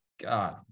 god